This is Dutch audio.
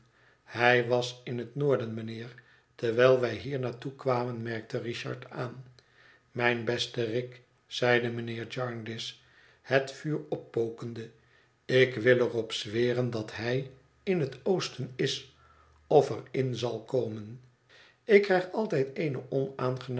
hij was in het noorden mijnheer terwijl wij hiernaartoe kwamen merkte richard aan mijn beste rick zeide mijnheer jarndyce het vuur oppokende ik wil er op zweren dat hij in het oosten is of er in zal komen ik krijg altijd eene